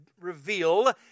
reveal